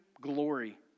glory